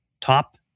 top